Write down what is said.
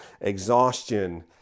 exhaustion